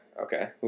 okay